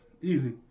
Easy